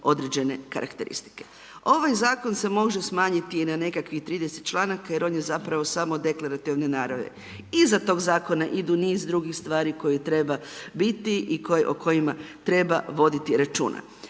određene karakteristike. Ovaj Zakon se može smanjiti na nekakvih 30 članaka jer on je zapravo samo deklarativne naravi. Iza toga zakona idu niz drugih stvari koje treba biti i o kojima treba voditi računa.